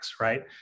right